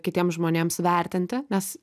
kitiem žmonėms vertinti nes